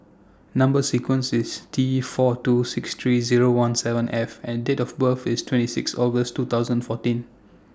Number sequence IS T four two six three Zero one seven F and Date of birth IS twenty six August two thousand fourteen